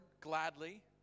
gladly